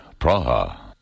Praha